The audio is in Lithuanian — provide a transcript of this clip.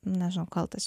nežinau kaltas čia